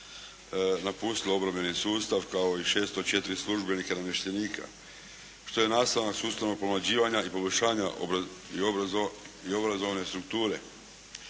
napustilo obrambenih sustav kao i 604 službenika i namještenika što je nastavak sustavnog pomlađivanja i poboljšanja i obrazovne strukture.